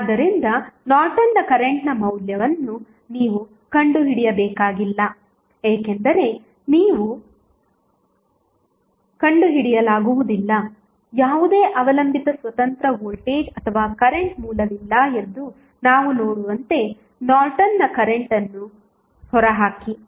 ಆದ್ದರಿಂದ ನಾರ್ಟನ್ನ ಕರೆಂಟ್ನ ಮೌಲ್ಯವನ್ನು ನೀವು ಕಂಡುಹಿಡಿಯಬೇಕಾಗಿಲ್ಲ ಏಕೆಂದರೆ ನೀವು ಕಂಡುಹಿಡಿಯಲಾಗುವುದಿಲ್ಲ ಯಾವುದೇ ಅವಲಂಬಿತ ಸ್ವತಂತ್ರ ವೋಲ್ಟೇಜ್ ಅಥವಾ ಕರೆಂಟ್ ಮೂಲವಿಲ್ಲ ಎಂದು ನಾವು ನೋಡುವಂತೆ ನಾರ್ಟನ್ನ ಕರೆಂಟ್ ಅನ್ನು ಹೊರಹಾಕಿ